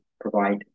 provide